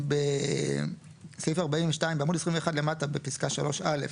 בסעיף 42, בעמוד 21 למטה, בפסקה (3)(א)